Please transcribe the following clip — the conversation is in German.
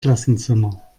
klassenzimmer